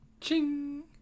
Ching